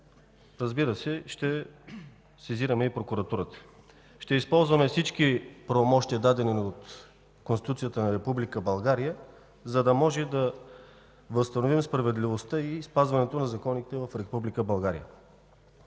разбира се, ще сезираме и прокуратурата. Ще използваме всички правомощия, дадени ни от Конституцията на Република България, за да може да възстановим справедливостта и спазването на законите в